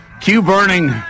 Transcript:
Q-Burning